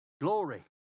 Glory